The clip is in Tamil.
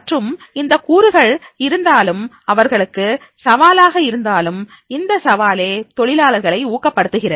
மற்றும் இந்தக் கூறுகள் இருந்தாலும் அவர்களுக்கு சவாலாக இருந்தாலும் இந்த சவாலே தொழிலாளர்களை ஊக்கப்படுத்துகிறது